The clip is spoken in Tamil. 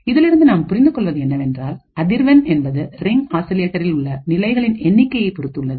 இதிலிருந்து நாம் புரிந்து கொள்வது என்னவென்றால்அதிர்வெண் என்பது ரிங் ஆசிலேட்டரில் உள்ள நிலைகளின் எண்ணிக்கையை பொறுத்து உள்ளது